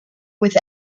with